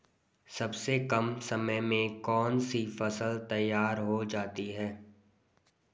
सबसे कम समय में कौन सी फसल तैयार हो जाती है?